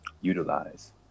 utilize